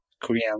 Korean